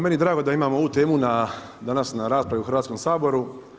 Meni je drago da imamo ovu temu danas na raspravi u Hrvatskom saboru.